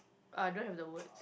uh don't have the word